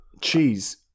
Cheese